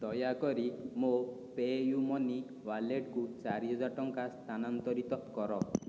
ଦୟାକରି ମୋ PayU money ୱାଲେଟ୍କୁ ଚାରିହଜାର ଟଙ୍କା ସ୍ଥାନାନ୍ତରିତ କର